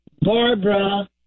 Barbara